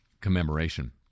Commemoration